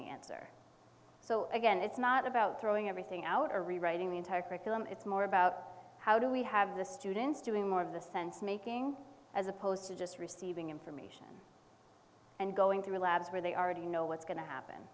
the answer so again it's not about throwing everything out or rewriting the entire curriculum it's more about how do we have the students doing more of the sense making as opposed to just receiving information and going to a lab where they already know what's going to happen